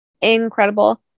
incredible